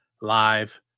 live